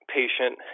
patient